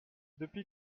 depuis